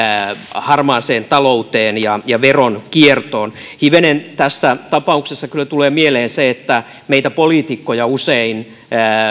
harmaaseen talouteen ja ja veronkiertoon hivenen tässä tapauksessa kyllä tulee mieleen se että meitä poliitikkoja usein